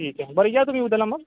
ठीक आहे बरं या तुम्ही उद्याला मग